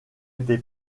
été